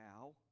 now